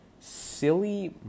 silly